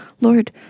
Lord